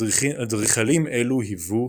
אדריכלים אלו היוו,